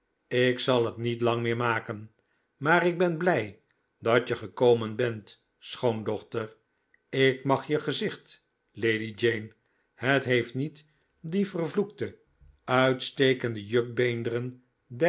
ik zal het niet lang meer maken maar ik ben blij dat je gekomen bent schoondochter ik mag je gezicht lady jane het heeft niet die vervloekte uitstekende jukbeenderen